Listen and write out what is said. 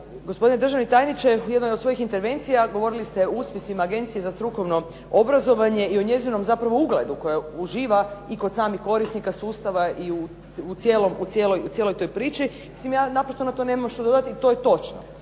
Gospodine državni tajniče u jednoj od svojih intervencija govorili ste o uspjesima Agencije za strukovno obrazovanje i o njezinom ugledu koje uživa kod korisnika sustava i cijeloj toj priči, ja naprosto tome nemam što dodati i to je točno